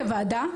כוועדה,